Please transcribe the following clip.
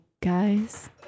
guys